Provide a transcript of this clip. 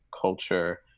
culture